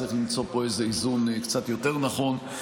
צריך למצוא פה איזון קצת יותר נכון.